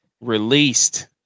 released